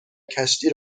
کشتی